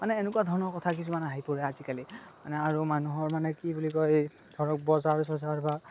মানে এনেকুৱা ধৰণৰ কথা কিছুমান আহি পৰে আজিকালি আৰু মানুহৰ মানে কি বুলি কয় ধৰক বজাৰ চজাৰ বা